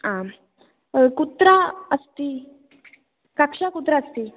आम् कुत्र अस्ति कक्षा कुत्र अस्ति